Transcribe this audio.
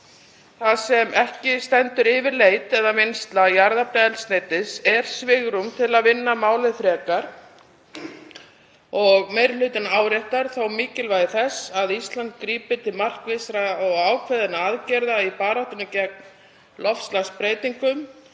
Þar sem ekki stendur yfir leit eða vinnsla jarðefnaeldsneytis er svigrúm til að vinna málið frekar. Meiri hlutinn áréttar þó mikilvægi þess að Ísland grípi til markvissra og ákveðinna aðgerða í baráttunni gegn loftslagsbreytingum